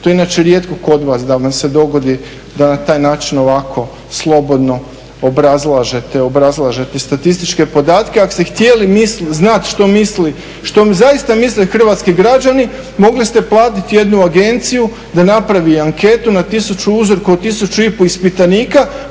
to inače rijetko kod vas da vam se dogodi da na taj način ovako slobodno obrazlažete statističke podatke. Ako ste htjeli znati što misli, što zaista misle hrvatski građani mogli ste platiti jednu agenciju da napravi anketu na 1000, 1500 ispitanika